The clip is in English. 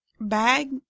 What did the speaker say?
Bag